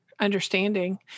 understanding